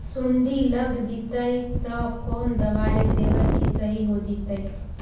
सुंडी लग जितै त कोन दबाइ देबै कि सही हो जितै?